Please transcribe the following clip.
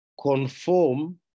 Conform